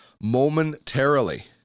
momentarily